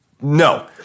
No